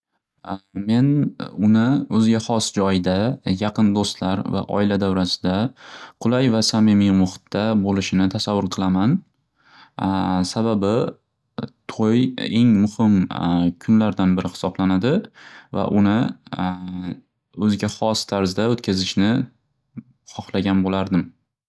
Men uni o'ziga xos joyda yaqin do'stlar va oila davrasida qulay va samimiy muxitda bo'lishini tasavvur qilaman. Sababi to'y eng muxim kunlardan biri xisoblanadi va uni o'ziga xos tarzda o'tkazishni xoxlagan bo'lardim.